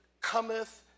cometh